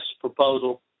proposal